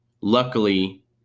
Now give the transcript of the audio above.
Luckily